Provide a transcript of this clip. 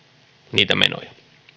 niitä menoja